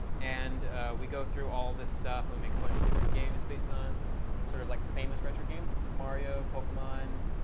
and we go through all this stuff and make a bunch of different games based on sort of like famous retro games, like super mario, pokemon,